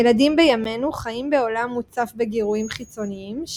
ילדים בימינו חיים בעולם מוצף בגירויים חיצוניים,